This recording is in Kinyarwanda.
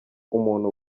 umuntu